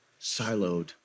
siloed